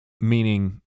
meaning